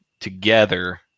together